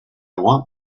want